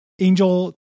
Angel